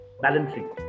Balancing